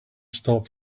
stop